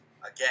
again